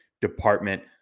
department